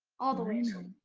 all the way